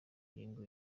ngingo